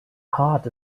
heart